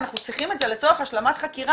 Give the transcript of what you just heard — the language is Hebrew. אנחנו צריכים את זה לצורך השלמת חקירה".